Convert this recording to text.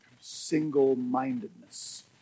single-mindedness